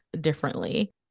differently